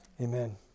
Amen